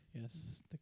Yes